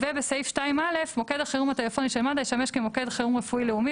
ובסעיף 2(א) "מוקד החירום הטלפוני של מד"א ישמש כמוקד חירום רפואי לאומי